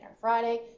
Friday